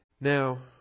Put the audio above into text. Now